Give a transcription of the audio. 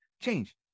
change